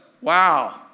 wow